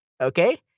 okay